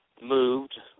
moved